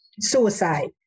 suicide